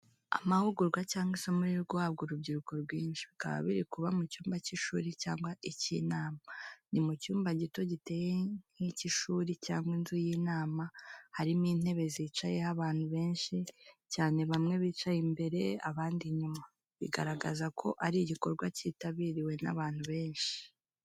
Amahugurwa cyangwa isomo riri guhabwa urubyiruko rwinshi, bikaba biri kuba mu cyumba cy’ishuri cyangwa icy’inama. Ni mu cyumba gito giteye nk’icy’ishuri cyangwa inzu y’inama harimo intebe zicayeho abantu benshi cyane bamwe bicaye imbere abandi inyuma, bigaragaza ko ari igikorwa cyitabiriwe n’abantu benshi.